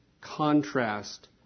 contrast